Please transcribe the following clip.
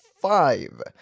five